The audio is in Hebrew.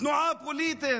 תנועה פוליטית